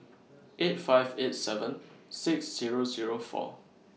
eight five eight seven six Zero Zero four